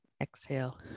Exhale